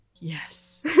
yes